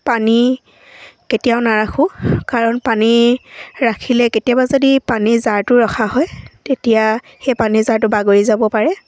পানী কেতিয়াও নাৰাখোঁ কাৰণ পানী ৰাখিলে কেতিয়াবা যদি পানী জাৰটো ৰখা হয় তেতিয়া সেই পানী জাৰটো বাগৰি যাব পাৰে